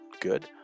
Good